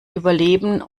überleben